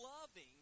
loving